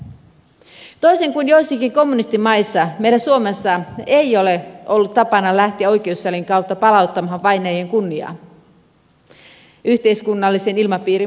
toisin kuin joissakin kommunistimaissa meillä suomessa ei ole ollut tapana lähteä oikeussalien kautta palauttamaan vainajien kunniaa yhteiskunnallisen ilmapiirin muututtua